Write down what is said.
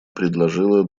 предложила